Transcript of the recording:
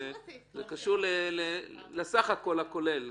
זה קשור לסך-הכול הכולל.